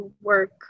work